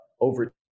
over